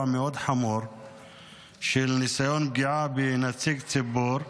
מאוד חמור של ניסיון פגיעה בנציג ציבור.